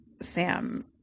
Sam